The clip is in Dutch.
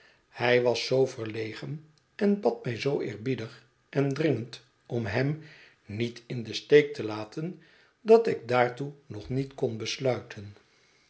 hij was zoo verlegen en bad mij zoo eerbiedig en dringend om hem niet in den steek te laten dat ik daartoe nog niet kon besluiten